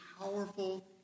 powerful